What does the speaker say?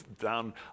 down